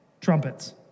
trumpets